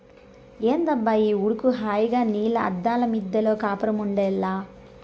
ఏందబ్బా ఈ ఉడుకు హాయిగా నీలి అద్దాల మిద్దెలో కాపురముండాల్ల